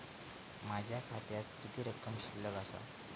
माझ्या खात्यात किती रक्कम शिल्लक आसा?